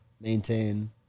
maintain